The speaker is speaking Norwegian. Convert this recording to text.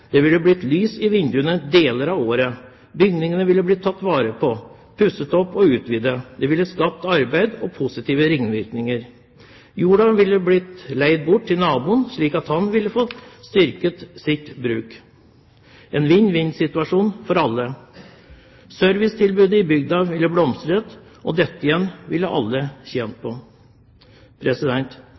det ville blitt lys i vinduene i deler av året, bygningene ville blitt tatt vare på, pusset opp og utvidet. Det ville skapt arbeid og positive ringvirkninger, og jorda ville blitt leid bort til naboen, slik at han hadde fått styrket sitt bruk – en vinn-vinn-situasjon for alle. Servicetilbudet i bygda ville ha blomstret, og det ville alle ha tjent på.